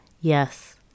Yes